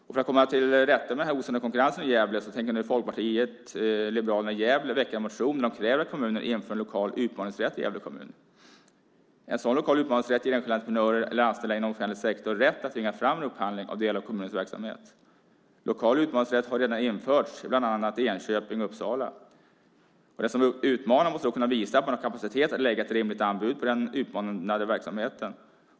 För att komma till rätta med den här osunda konkurrensen i Gävle tänker Folkpartiet liberalerna i Gävle väcka en motion där de kräver att kommuner inför lokal utmaningsrätt i Gävle kommun. En sådan lokal utmaningsrätt ger enskilda entreprenörer eller anställda inom offentlig sektor rätt att tvinga fram en upphandling av delar av kommunens verksamhet. Lokal utmaningsrätt har redan införts i bland annat Enköping och Uppsala. Den som utmanar måste kunna visa att man har kapacitet att lägga ett rimligt anbud på den utmanade verksamheten.